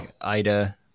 Ida